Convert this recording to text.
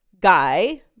guy